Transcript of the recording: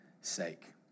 sake